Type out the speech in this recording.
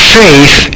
faith